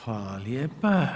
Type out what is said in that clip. Hvala lijepa.